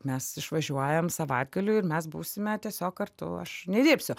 mes išvažiuojam savaitgaliui ir mes būsime tiesiog kartu aš nedirbsiu